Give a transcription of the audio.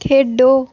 खेढो